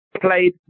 played